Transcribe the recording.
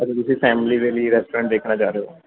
ਅੱਛਾ ਤੁਸੀਂ ਫੈਮਲੀ ਦੇ ਲਈ ਰੇਸਟੋਰੰਟ ਦੇਖਣਾ ਚਾਹ ਰਹੇ ਹੋ